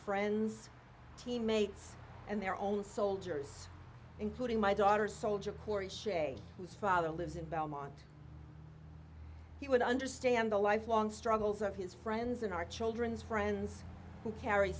friends teammates and their own soldiers including my daughter soldier kori schake whose father lives in belmont he would understand the lifelong struggles of his friends and our children's friends who carry